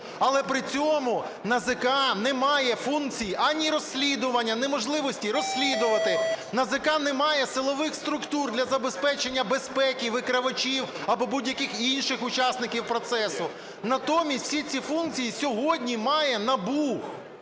Але при цьому НАЗК не має функцій ані розслідування, ні можливості розслідувати, НАЗК не має силових структур для забезпечення безпеки викривачів або будь-яких інших учасників процесу. Натомість усі ці функції сьогодні має НАБУ.